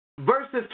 verses